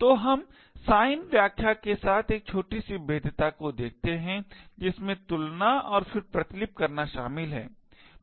तो हम साइन व्याख्या के साथ एक छोटी सी भेद्यता को देखते हैं जिसमें तुलना और फिर प्रतिलिपि करना शामिल है